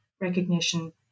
recognition